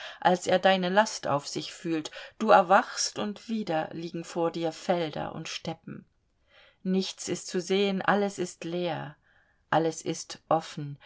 als er deine last auf sich fühlt du erwachst und wieder liegen vor dir felder und steppen nichts ist zu sehen alles ist leer alles ist offen